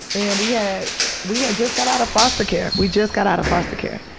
and we yeah had we had just got out of foster care. we just got out of foster care.